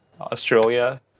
Australia